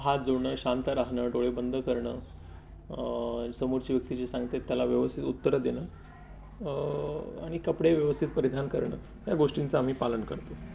हात जोडणं शांत राहणं डोळे बंद करणं समोरची व्यक्ती जे सांगते त्याला व्यवस्थित उत्तरं देणं आणि कपडे व्यवस्थित परिधान करणं या गोष्टींचं आम्ही पालन करतो